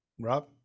Rob